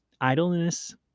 Idleness